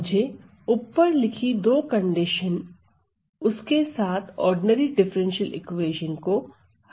मुझे ऊपर लिखी दो कंडीशन उसके साथ ऑर्डिनरी डिफरेंशियल इक्वेशन को हल करना है